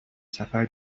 سفر